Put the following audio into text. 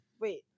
Wait